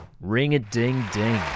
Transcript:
Ring-a-ding-ding